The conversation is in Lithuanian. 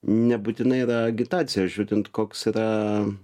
nebūtinai yra agitacija žiūrint koks yra